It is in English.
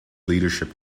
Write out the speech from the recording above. leadership